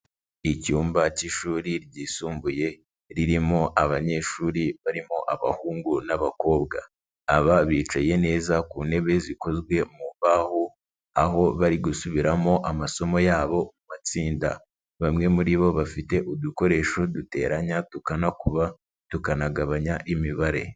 Icyumba cy'ishuri ryisumbuye ririmo abanyeshuri barimo abahungu n'abakobwa, aba bicaye neza ku ntebe zikozwe mu mbaho aho bari gusubiramo amasomo yabo batsinda, bamwe muri bo bafite udukoresho duteranya, tukanakuba, tukanagabanya imibare.